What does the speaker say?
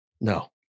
No